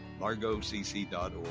largocc.org